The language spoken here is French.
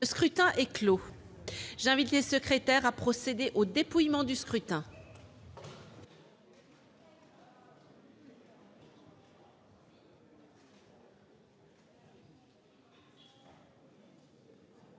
Le scrutin est clos. J'invite Mmes et MM. les secrétaires à procéder au dépouillement du scrutin.